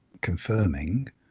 confirming